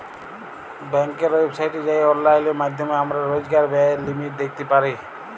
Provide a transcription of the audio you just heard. ব্যাংকের ওয়েবসাইটে যাঁয়ে অললাইল মাইধ্যমে আমরা রইজকার ব্যায়ের লিমিট দ্যাইখতে পারি